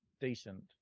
Decent